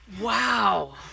Wow